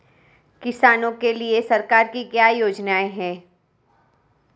किसानों के लिए सरकार की क्या योजनाएं हैं?